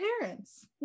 parents